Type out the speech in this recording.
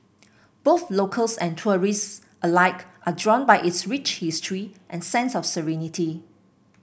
both locals and tourists alike are drawn by its rich history and sense of serenity